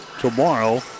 tomorrow